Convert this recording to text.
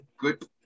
good